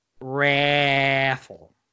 Raffle